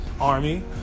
Army